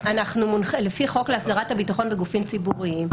לפי חוק להסדרת הביטחון בגופים ציבוריים,